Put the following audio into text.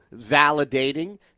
validating